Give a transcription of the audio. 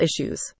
issues